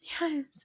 Yes